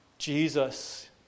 Jesus